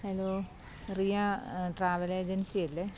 hello Riya travel agency അല്ലേ